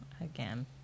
again